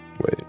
wait